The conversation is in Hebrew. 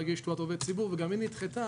להגיש תעודת עובד ציבור וגם היא נדחתה.